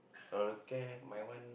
okay my one